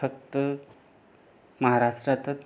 फक्त महाराष्ट्रातच